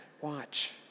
watch